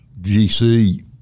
GC